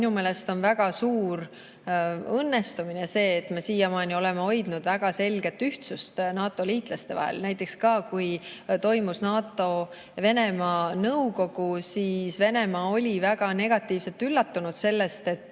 Minu meelest on väga suur õnnestumine, et me siiamaani oleme hoidnud väga selget ühtsust NATO liitlaste vahel. Näiteks kui toimus NATO-Venemaa Nõukogu, siis Venemaa oli väga negatiivselt üllatunud sellest, et